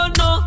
no